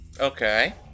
okay